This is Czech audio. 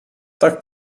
tak